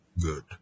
good